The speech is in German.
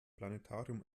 planetarium